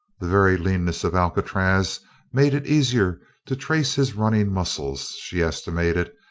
the very leanness of alcatraz made it easier to trace his running-muscles she estimated,